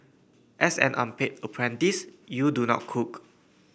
as an unpaid apprentice you do not cook